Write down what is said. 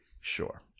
sure